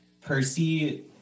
Percy